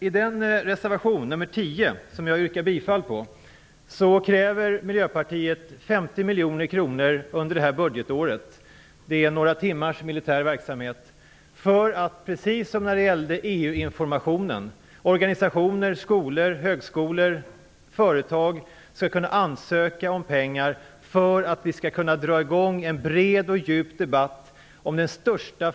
I reservation 10 som jag yrkar bifall till kräver - det motsvarar några timmars militär verksamhet - för att vi skall kunna dra i gång en bred och djup debatt om den största fråga som vi någonsin har ställts inför - den som handlar om effekterna, möjligheterna och hoten när det gäller gentekniken.